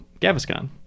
Gaviscon